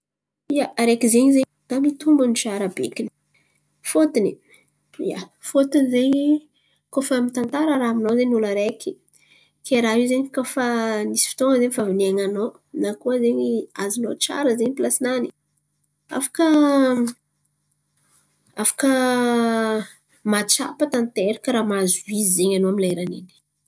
Ia, araiky ze zen̈y raha mitombin̈y tsarabekiny fôtony ia, fôtony zen̈y koa fa mitantara raha aminao zen̈y olo araiky ke raha io zen̈y kà fa nisy fotoan̈a zen̈y fa navy niain̈anao, na koa zen̈y azonao tsara zen̈y pilasinany, afaka afaka mahatsapa tanteraka raha mahazo izy zen̈y anao amy lerany iny.